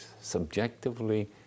subjectively